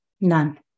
none